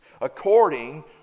according